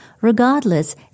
Regardless